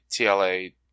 TLA